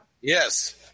yes